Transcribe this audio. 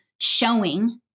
showing